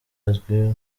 azwi